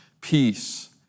peace